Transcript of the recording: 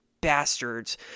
bastards